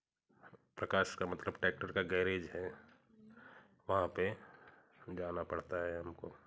प्रकाश का मतलब ट्रेक्टर का गेरज है वहाँ पर जाना पड़ता है हमको